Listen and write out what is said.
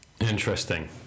Interesting